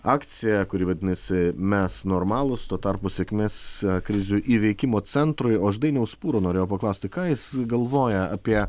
akciją kuri vadinasi mes normalūs tuo tarpu sėkmės krizių įveikimo centrui o aš dainiaus pūro norėjau paklausti ką jis galvoja apie